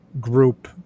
group